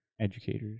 educators